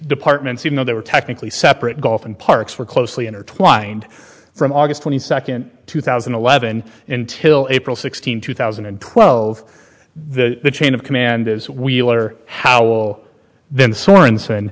departments even though they were technically separate golf and parks were closely intertwined from august twenty second two thousand and eleven until april sixteenth two thousand and twelve the chain of command is wheeler howell then sorenson